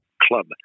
club